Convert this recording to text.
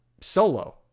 solo